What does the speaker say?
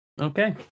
Okay